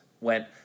went